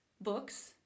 books